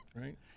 right